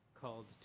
called